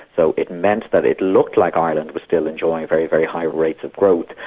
though it meant that it looked like ireland was still enjoying a very, very high rate of growth,